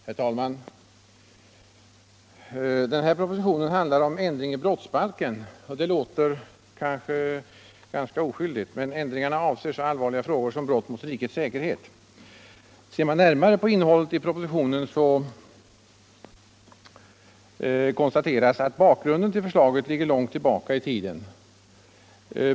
Herr talman! Den här propositionen handlar om ändring i brottsbalken, och det låter kanske ganska oskyldigt. Men ändringarna avser så allvarliga frågor som brott mot rikets säkerhet. Ser man närmare på innehållet i propositionen, konstaterar man att bakgrunden till förslaget ligger långt tillbaka i tiden.